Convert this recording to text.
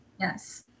Yes